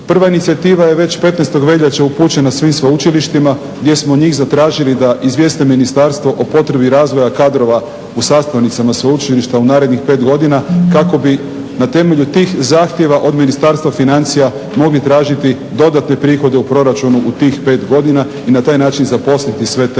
Prva inicijativa je već 15. veljače upućena svim sveučilištima gdje smo od njih zatražili da izvijeste ministarstvo o potrebi razvoja kadrova u sastavnicama sveučilišta u narednih pet godina kako bi na temelju tih zahtjeva od Ministarstva financija mogli tražiti dodatne prihode u proračunu u tih pet godina i na taj način zaposliti sve te novake